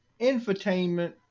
infotainment